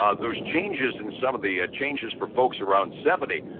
ah those changes in some of the changes for folks around seventy.